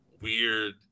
weird